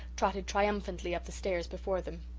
trotted triumphantly up the stairs before them.